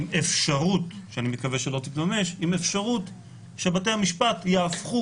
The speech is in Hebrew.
עם אפשרות שאני מקווה שלא תתממש שבתי המשפט יהפכו,